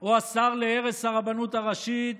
או השר להרס הרבנות הראשית,